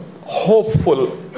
hopeful